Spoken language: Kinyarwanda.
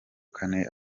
kane